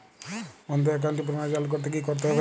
বন্ধ একাউন্ট পুনরায় চালু করতে কি করতে হবে?